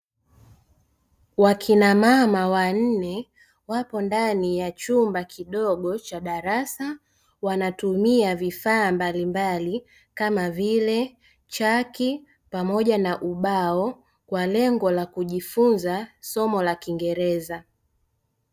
Wakima mama wanne wapo ndani ya chumba kidogo cha darasa anatumia vifaa mbalimbali kama vile, chaki pamoja na ubao kwa lengo la kujifunza somo la kiingereza.